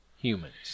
humans